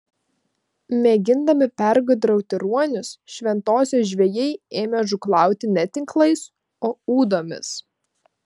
mėgindami pergudrauti ruonius šventosios žvejai ėmė žūklauti ne tinklais o ūdomis